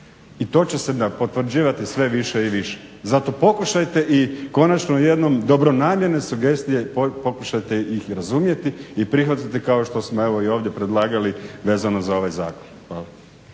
I to će se potvrđivati sve više i više. Zato pokušajte i konačno jednom dobronamjerne sugestije pokušajte ih razumjeti i prihvatiti kao što smo evo i ovdje predlagali vezano za ovaj zakon.